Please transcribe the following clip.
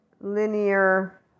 linear